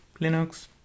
Linux